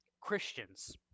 Christians